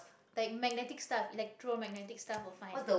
like magnetic stuff electromagnetic stuff were fine